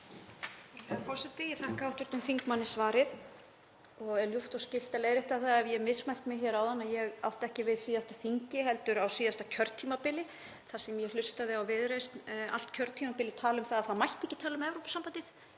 Herra forseti. Ég þakka hv. þingmanni svarið og er ljúft og skylt að leiðrétta það ef ég hef mismælt mig hér áðan. Ég átti ekki við á síðasta þingi heldur á síðasta kjörtímabili þar sem ég hlustaði á Viðreisn allt kjörtímabilið tala um að það mætti ekki tala um Evrópusambandið,